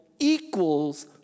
equals